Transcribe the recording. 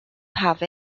have